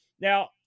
Now